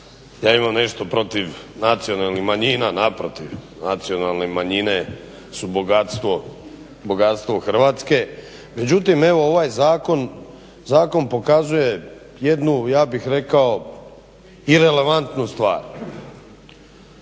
ja imam nešto protiv nacionalnih manjina, naprotiv. Nacionalne manjine su bogatstvo Hrvatske. Međutim evo ovaj zakon pokazuje jednu ja bih rekao irelevantnu stvar.